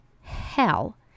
hell